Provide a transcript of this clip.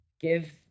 give